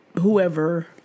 whoever